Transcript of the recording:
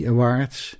Awards